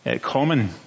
common